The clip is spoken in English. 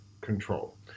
control